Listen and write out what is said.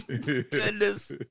goodness